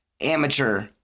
amateur